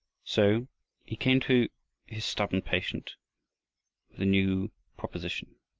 so he came to his stubborn patient with a new proposition.